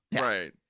Right